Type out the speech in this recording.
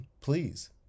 Please